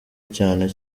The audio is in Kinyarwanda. cyane